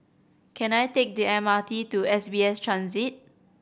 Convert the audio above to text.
can I take the M R T to S B S Transit